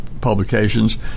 publications